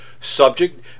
subject